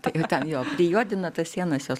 todėl ten jo apsijuodino tos sienos jos